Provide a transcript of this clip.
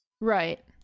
Right